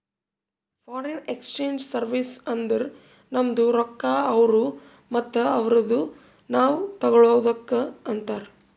foreign exchange service ಅಂದುರ್ ನಮ್ದು ರೊಕ್ಕಾ ಅವ್ರು ಮತ್ತ ಅವ್ರದು ನಾವ್ ತಗೊಳದುಕ್ ಅಂತಾರ್